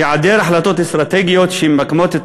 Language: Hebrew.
היעדר החלטות אסטרטגיות שממקמות את